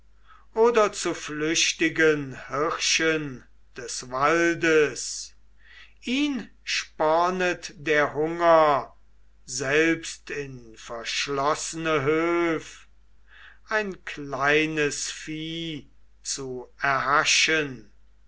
oder zu flüchtigen hirschen des waldes ihn spornet der hunger selbst in verschlossene höf ein kleines vieh zu erhaschen